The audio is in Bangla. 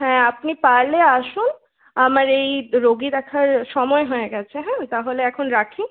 হ্যাঁ আপনি পারলে আসুন আমার এই রোগী দেখার সময় হয়ে গেছে হ্যাঁ তাহলে এখন রাখি